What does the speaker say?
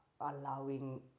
allowing